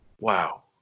wow